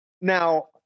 Now